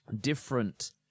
different